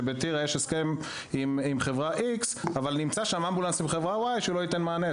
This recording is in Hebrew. שבטירה יש הסכם עם חברה X אבל נמצא שם אמבולנס מחברה Y שלא ייתן מענה.